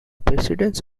precedence